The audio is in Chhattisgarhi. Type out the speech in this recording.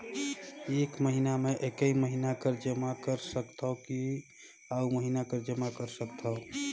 एक महीना मे एकई महीना कर जमा कर सकथव कि अउ महीना कर जमा कर सकथव?